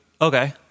Okay